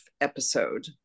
episode